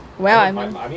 well I mean